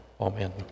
amen